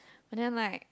and then like